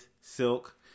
Silk